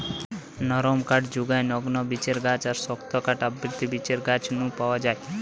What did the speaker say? নরম কাঠ জুগায় নগ্নবীজের গাছ আর শক্ত কাঠ আবৃতবীজের গাছ নু পাওয়া যায়